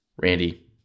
Randy